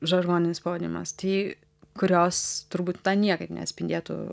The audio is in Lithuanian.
žargoninis pavadinimas tai kurios turbūt to niekaip neatspindėtų